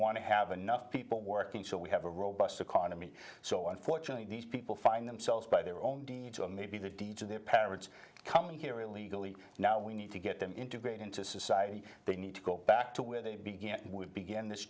want to have enough people working so we have a robust economy so unfortunately these people find themselves by their own deeds or maybe their dejah their parents coming here illegally now we need to get them integrate into society they need to go back to where they begin with again this